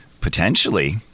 potentially